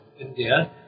India